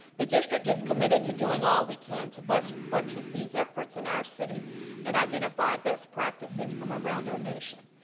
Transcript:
the district is committed to doing all we can to but buttress these efforts in our city and identify best practices from around our nation.